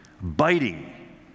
biting